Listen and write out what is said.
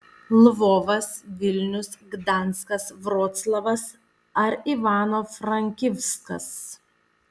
lvovas vilnius gdanskas vroclavas ar ivano frankivskas